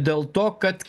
dėl to kad